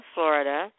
Florida